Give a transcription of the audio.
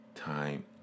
Time